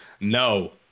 No